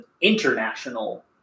international